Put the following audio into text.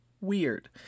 weird